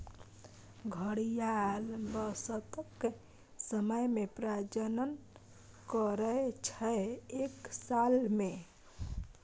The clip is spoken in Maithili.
घड़ियाल बसंतक समय मे प्रजनन करय छै एक साल मे